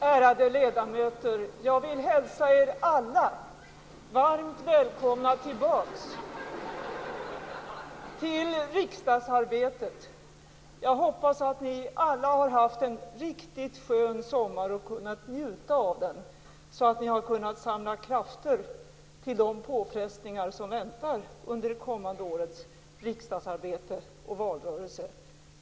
Ärade ledamöter! Jag vill hälsa er alla varmt välkomna tillbaka till riksdagsarbetet. Jag hoppas att ni alla har haft en riktigt skön sommar och kunnat njuta av den så att ni har kunnat samla krafter till de påfrestningar som väntar under det kommande årets riksdagsarbete och valrörelse.